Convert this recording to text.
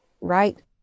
right